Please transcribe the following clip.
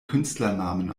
künstlernamen